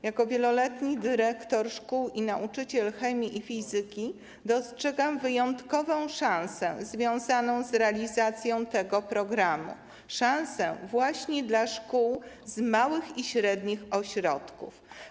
Jako wieloletni dyrektor szkół i nauczyciel chemii i fizyki dostrzegam wyjątkową szansę związaną z realizacją tego programu, szansę właśnie dla szkół z małych i średnich ośrodków.